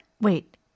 wait